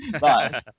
bye